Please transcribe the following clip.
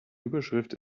überschrift